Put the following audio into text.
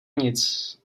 nic